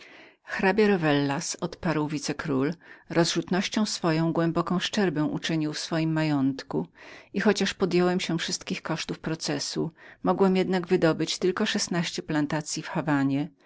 hrabia rowellas odparł wicekról rozrzutnością swoją głęboką szczerbę uczynił w swoim majątku i chociaż podjąłem się wszystkich kosztów processu niemogłem jednak wydobyć jak tylko szesnaście plantancyi w